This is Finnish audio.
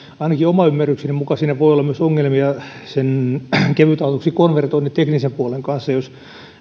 ainakin oman ymmärrykseni mukaan voisi olla ongelmia myös sen kevytautoksi konvertoinnin teknisen puolen kanssa jos